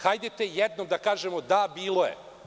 Hajdete jednom dakažemo – da, bilo je.